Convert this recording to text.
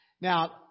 Now